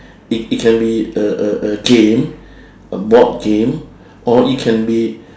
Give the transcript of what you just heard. it it can be a a a game a board game or it can be